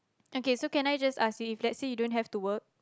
okay so can I just ask you if let's say you don't have to work